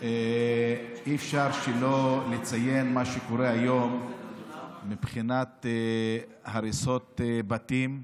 אי-אפשר שלא לציין את מה שקורה היום מבחינת הריסות בתים,